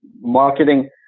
marketing